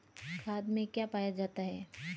खाद में क्या पाया जाता है?